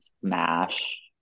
smash